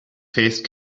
faced